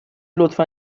لطفا